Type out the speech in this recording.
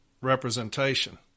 representation